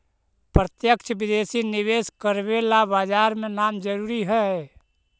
प्रत्यक्ष विदेशी निवेश करवे ला बाजार में नाम जरूरी है